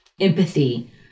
empathy